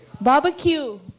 Barbecue